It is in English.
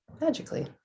magically